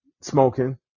smoking